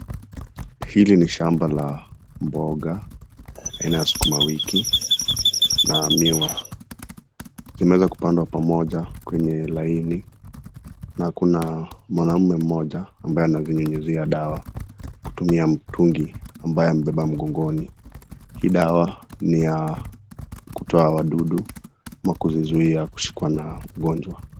Hili ni shamba la mboga, aina ya sukuma wiki na miwa. Imewezwa kupandwa pamoja kwenye lakini na kuna mwanaume mmoja ambaye anazinyunyuzia dawa kutumia mtungi ambaye amebeba mgongoni. Hii dawa ni ya kutoa wadudu ama kuzizuia kushukwa na ungonjwa.